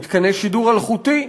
מתקני שידור אלחוטי,